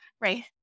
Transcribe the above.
right